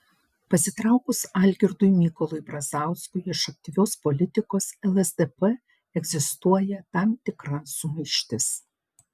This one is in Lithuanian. pasitraukus algirdui mykolui brazauskui iš aktyvios politikos lsdp egzistuoja tam tikra sumaištis